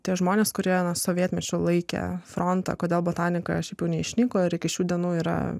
tie žmonės kurie nuo sovietmečio laikę frontą kodėl botanika šiaip jau neišnyko ir iki šių dienų yra